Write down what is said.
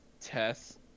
Tess